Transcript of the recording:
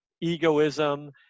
egoism